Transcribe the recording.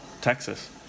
Texas